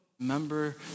remember